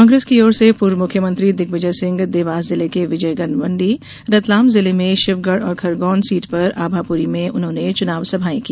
कांग्रेस की ओर से पूर्व मुख्यमंत्री दिग्विजय सिंह देवास जिले के विजयगंज मंडी रतलाम जिले में शिवगढ़ और खरगोन सीट पर आभापुरी में चुनावी सभाएं की